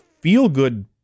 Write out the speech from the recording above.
feel-good